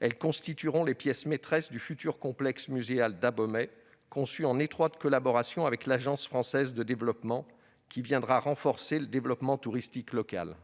Elles constitueront les pièces maîtresses du futur complexe muséal d'Abomey, conçu en étroite collaboration avec l'Agence française de développement (AFD), qui viendra renforcer le développement touristique local.